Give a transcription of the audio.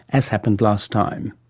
as happened last time